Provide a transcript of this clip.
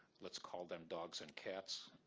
let's call them dogs and cats,